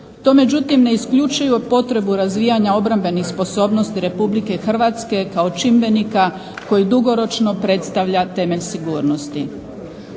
To međutim ne isključuje potrebu razvijanja obrambenih sposobnosti Republike Hrvatske kao čimbenika koji dugoročno predstavlja temelj sigurnosti.